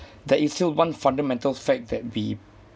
there is still one fundamental fact that we